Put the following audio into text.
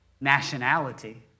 nationality